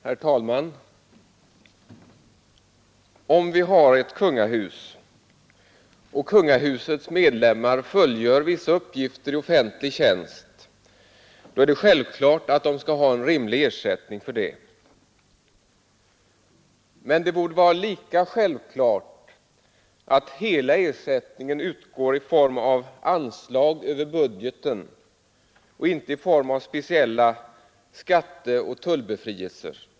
Herr talman! Om vi har ett kungahus och kungahusets medlemmar fullgör vissa uppgifter i offentlig tjänst, är det självklart att de skall ha en rimlig ersättning. Men det borde vara lika självklart att hela ersättningen utgår i form av anslag över budgeten och inte i form av speciella skatteoch tullbefrielser.